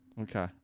Okay